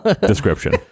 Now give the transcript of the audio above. description